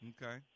Okay